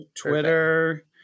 Twitter